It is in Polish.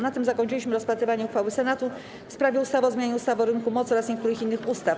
Na tym zakończyliśmy rozpatrywanie uchwały Senatu w sprawie ustawy o zmianie ustawy o rynku mocy oraz niektórych innych ustaw.